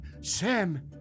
Sam